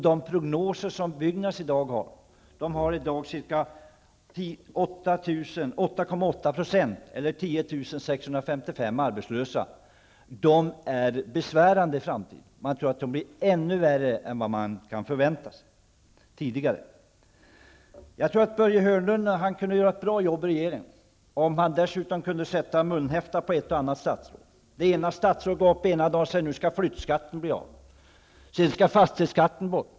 De prognoser som Byggnads i dag har lyder på ca 8,8 % eller 10 655 arbetslösa. De är besvärande inför framtiden. Man tror att det kan bli värre än vad man har förväntat sig tidigare. Börje Hörnlund kunde göra ett bra jobb i regeringen, om han dessutom kunde sätta munkavle på ett och annat statsråd. Ena dagen går ett statsråd ut och säger att flyttskatten skall avskaffas. Sedan skall fastighetsskatten bort.